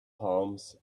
palms